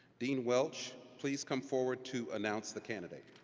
dean welch, please come forward to announce the candidate.